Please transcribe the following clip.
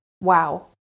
wow